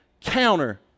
counter